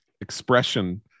expression